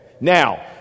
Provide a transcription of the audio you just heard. Now